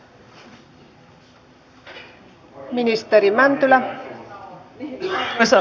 arvoisa puhemies